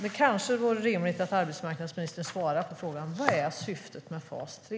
Det kanske vore rimligt att arbetsmarknadsministern svarade på frågan: Vad är syftet med fas 3?